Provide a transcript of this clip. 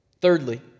thirdly